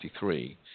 1963